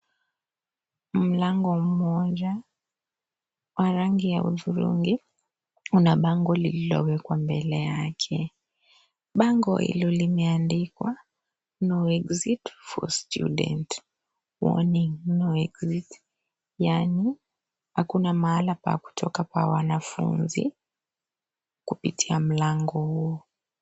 Mlango moja wa rangi wa hudhurungi ,kuna bango lililowekwa mbele yake ,bango hilo limeandikwa (CS)no exit for students, warning ,no exit(CS)yaani hakuna mahala pa kutoka pa wanafunzi kupitia mlango huo.